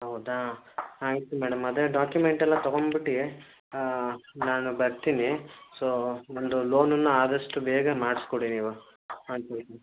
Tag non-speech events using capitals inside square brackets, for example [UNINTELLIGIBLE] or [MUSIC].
ಹೌದಾ ಆಯಿತು ಮೇಡಮ್ ಅದೇ ಡಾಕ್ಯುಮೆಂಟ್ ಎಲ್ಲ ತೊಗೊಂಬಿಟ್ಟು ನಾನು ಬರ್ತೀನಿ ಸೊ ಒಂದು ಲೋನನ್ನ ಆದಷ್ಟು ಬೇಗ ಮಾಡಿಸ್ಕೊಡಿ ನೀವು [UNINTELLIGIBLE]